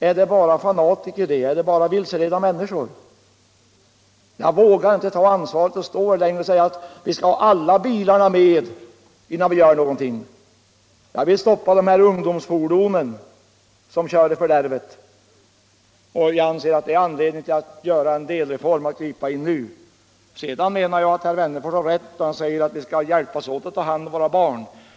Är de bara fanatiker och vilseledda människor? Jag vågar inte ta ansvaret och säga att vi skall ha alla med innan vi gör någonting — jag vill stoppa ungdomsfordonen som kör i fördärvet. Jag anser att det finns anledning att ta en delreform och gripa in nu. Sedan menar jag att herr Wennerfors har rätt när han säger att vi skall hjälpas åt att ta hand om våra barn.